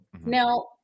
Now